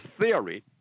theory